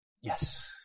Yes